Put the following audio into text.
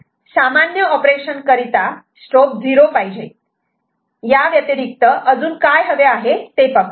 सामान्य ऑपरेशन करिता स्ट्रोब 0 पाहिजे याव्यतिरिक्त अजून काय हवे ते पाहू